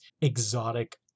exotic